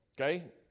Okay